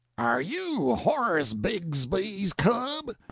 are you horace bigsby's cub?